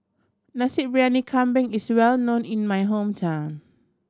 Nasi Briyani Kambing is well known in my hometown